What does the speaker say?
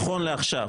נכון לעכשיו,